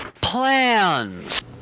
plans